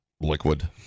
liquid